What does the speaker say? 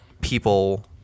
people